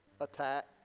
attack